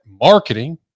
marketing